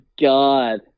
God